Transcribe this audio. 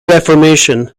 reformation